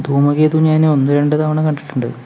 ധൂമകേതു ഞാൻ ഒന്ന് രണ്ട് തവണ കണ്ടിട്ടുണ്ട്